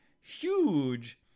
huge